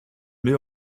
wir